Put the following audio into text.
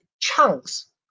chunks